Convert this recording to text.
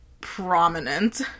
prominent